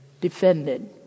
defended